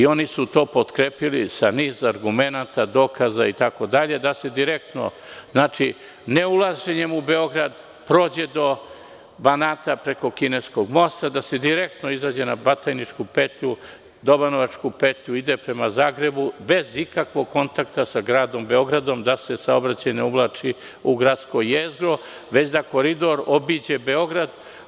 Oni su to potkrepili sa niz argumenata, dokaza itd, da se direktno, ne ulaženjem u Beograd, prođe do Banata preko kineskog mosta, da se direktno izađe na Batajničku petlju, Dobanovačku petlju i ide prema Zagrebu, bez ikakvog kontakta sa Gradom Beogradom, da se saobraćaj ne uvlači u gradsko jezgro, već da koridor obiđe Beograd.